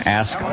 ask